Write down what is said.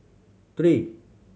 three